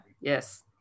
yes